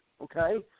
okay